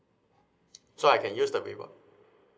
so I can use the reward